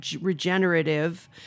regenerative